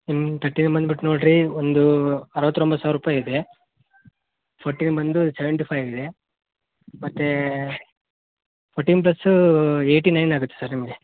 ಇನ್ನೂ ತಟ್ಟಿನ್ ಬಂದ್ಬಿಟ್ಟು ನೋಡಿರಿ ಒಂದು ಅರ್ವತ್ತೊಂಬತ್ತು ಸಾವ್ರ ರೂಪಾಯಿ ಇದೆ ಪೋಟೀನ್ ಬಂದು ಸೆವೆಂಟಿ ಫೈ ಇದೆ ಮತ್ತೆ ಪೋಟೀನ್ ಪ್ಲಸ್ಸು ಏಯ್ಟಿ ನೈನ್ ಆಗುತ್ತೆ ಸರ್ ನಿಮಗೆ